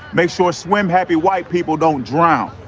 make sure swim happy. white people don't drown.